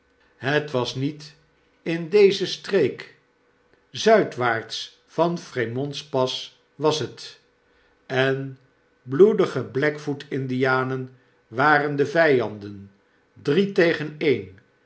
het was niet in deze streek zuidwaarts van fremont's pass was het en bloedige blanckfoot-indianen waren de vyanden drie tegen een